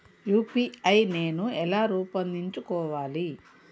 UPI నేను ఎలా రూపొందించుకోవాలి?